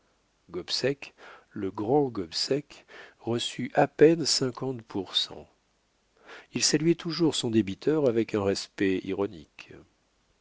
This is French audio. gobseck le grand gobseck reçut à peine cinquante pour cent il saluait toujours son débiteur avec un respect ironique